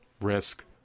risk